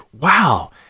wow